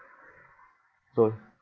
so